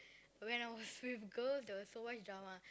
when I was with girls there was so much drama